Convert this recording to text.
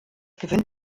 gewinnt